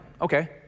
Okay